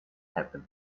happen